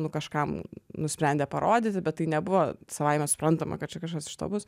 nu kažkam nusprendė parodyti bet tai nebuvo savaime suprantama kad čia kažkas iš to bus